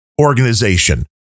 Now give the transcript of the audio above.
organization